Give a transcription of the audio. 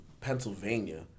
Pennsylvania